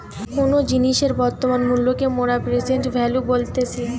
কোনো জিনিসের বর্তমান মূল্যকে মোরা প্রেসেন্ট ভ্যালু বলতেছি